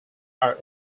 are